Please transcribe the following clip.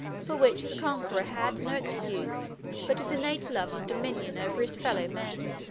for which his conqueror had no excuse but his innate love of dominion over his fellow-men.